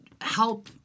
help